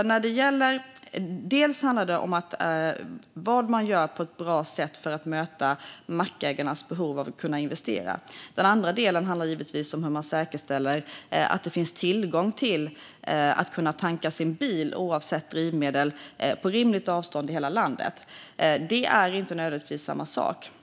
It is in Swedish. En del handlar om vad man gör för att på ett bra sätt möta mackägarnas behov av att kunna investera. Den andra delen handlar givetvis om hur man säkerställer att det finns tillgång till drivmedel, oavsett vilket det är, på rimligt avstånd i hela landet, så att man kan tanka sin bil. Det är inte nödvändigtvis samma sak.